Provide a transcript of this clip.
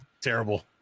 terrible